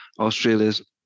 Australia's